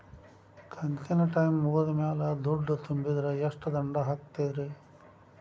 ಕಂತಿನ ಟೈಮ್ ಮುಗಿದ ಮ್ಯಾಲ್ ದುಡ್ಡು ತುಂಬಿದ್ರ, ಎಷ್ಟ ದಂಡ ಹಾಕ್ತೇರಿ?